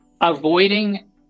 avoiding